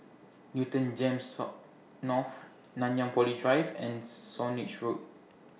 Newton Gems North Nanyang Poly Drive and Swanage Road